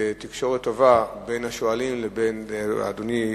תקשורת טובה, בין השואלים לבין אדוני,